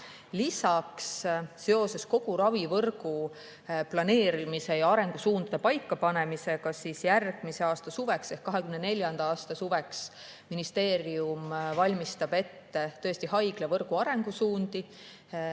Lisaks, seoses kogu ravivõrgu planeerimise ja arengusuundade paikapanemisega järgmise aasta suveks ehk 2024. aasta suveks ministeerium valmistab tõesti ette haiglavõrgu arengusuundi.